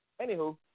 Anywho